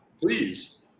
please